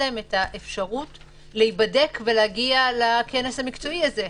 להן את האפשרות להיבדק ולהגיע לכנס המקצועי הזה.